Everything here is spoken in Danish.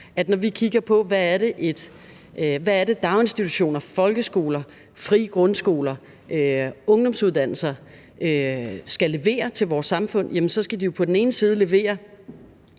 Når vi kigger på, hvad daginstitutioner, folkeskoler, frie grundskoler og ungdomsuddannelser skal levere til vores samfund, handler det på den ene side om,